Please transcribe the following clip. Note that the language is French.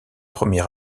premier